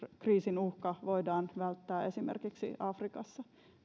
kriisin uhka voidaan välttää esimerkiksi afrikassa